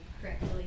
correctly